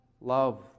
love